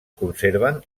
conserven